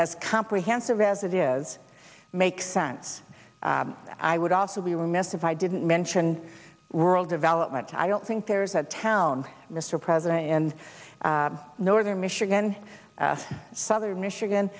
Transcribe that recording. as comprehensive as it is makes sense i would also be remiss if i didn't mention rural development i don't think there's a town mr president and northern michigan southern michigan